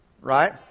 right